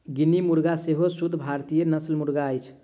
guinea मुर्गा सेहो शुद्ध भारतीय नस्लक मुर्गा अछि